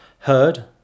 Heard